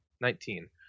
Nineteen